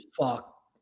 fuck